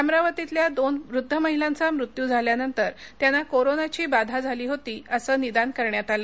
अमरावतीतल्या दोन वृद्ध महिलांचा मृत्यू झाल्यानंतर त्याना कोरोनाची बाधा झाली होती असं निदान करण्यात आलं